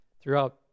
throughout